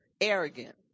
arrogant